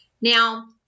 Now